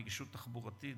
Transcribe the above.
נגישות תחבורתית,